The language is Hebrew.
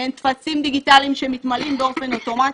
מעין טפסים דיגיטליים שמתמלאים באופן אוטומטי,